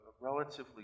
relatively